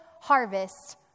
harvest